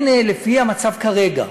לפי המצב כרגע,